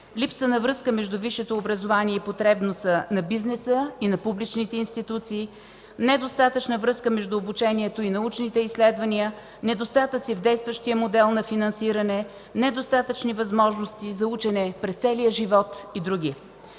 липса на връзка между висшето образование и потребността на бизнеса, и на публичните институции; недостатъчна връзка между обучението и научните изследвания; недостатъци в действащия модел на финансиране; недостатъчни възможности за учене през целия живот и други.